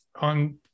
on